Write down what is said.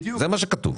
זה מה שכתוב.